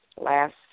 last